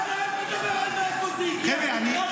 אתה לא יכול לדבר על מאיפה זה הגיע, תקרא את החוק.